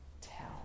tell